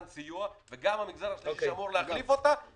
סיוע וגם המגזר השלישי שאמור להחליף אותה,